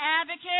advocate